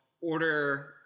order